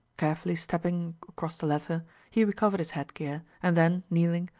carefully stepping across the latter he recovered his head-gear, and then, kneeling,